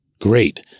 great